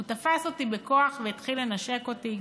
הוא תפס אותי בכוח והתחיל לנשק אותי.